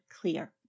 clear